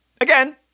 Again